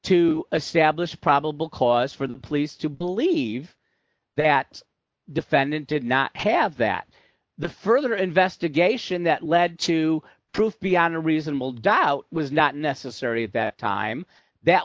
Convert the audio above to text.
to establish probable cause for the police to believe that defendant did not have that the further investigation that led to proof beyond a reasonable doubt was not necessary at that time that